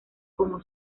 como